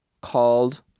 called